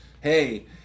hey